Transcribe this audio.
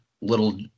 little